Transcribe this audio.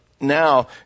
Now